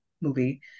movie